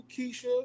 Keisha